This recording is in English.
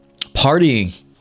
partying